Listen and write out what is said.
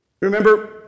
Remember